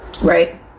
right